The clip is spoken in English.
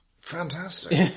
Fantastic